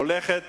הולכת